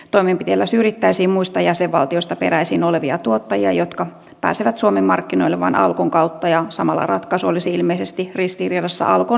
toimenpiteellä syrjittäisiin muista jäsenvaltioista peräisin olevia tuottajia jotka pääsevät suomen markkinoille vain alkon kautta ja samalla ratkaisu olisi ilmeisesti ristiriidassa alkon monopoliaseman kanssa